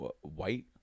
white